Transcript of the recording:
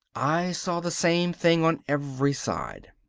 i saw the same thing on every side.